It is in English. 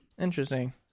Interesting